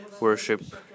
worship